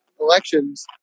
elections